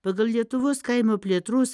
pagal lietuvos kaimo plėtros